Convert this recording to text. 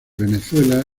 venezuela